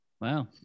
Wow